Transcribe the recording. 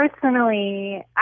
personally